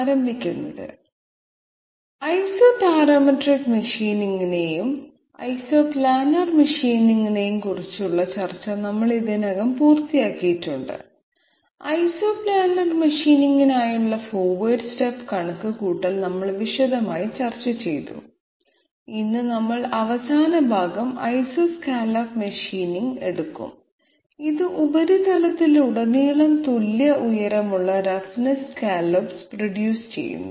ആരംഭിക്കുന്നതിന് ഐസോപാരാമെട്രിക് മെഷീനിംഗിനെയും ഐസോപ്ലാനർ മെഷീനിംഗിനെയും കുറിച്ചുള്ള ചർച്ച നമ്മൾ ഇതിനകം പൂർത്തിയാക്കി ഐസോപ്ലാനർ മെഷീനിംഗിനായുള്ള ഫോർവേഡ് സ്റ്റെപ്പ് കണക്കുകൂട്ടൽ നമ്മൾ വിശദമായി ചർച്ച ചെയ്തു ഇന്ന് നമ്മൾ അവസാന ഭാഗം ഐസോസ്കല്ലോപ്പ് മെഷീനിംഗ് എടുക്കും ഇത് ഉപരിതലത്തിലുടനീളം തുല്യ ഉയരമുള്ള റഫ്നെസ്സ് സ്കല്ലോപ്പ് പ്രൊഡ്യൂസ് ചെയ്യുന്നു